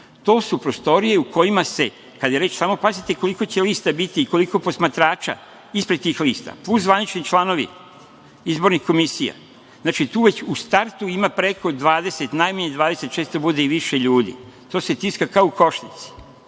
To su prostorije u kojima se, kad je reč… Samo pazite koliko će lista biti i koliko posmatrača ispred tih lista, plus zvanični članovi izbornih komisija. Znači, tu već u startu ima preko 20, najmanje 20, često bude i više ljudi. To se tiska kao u košnici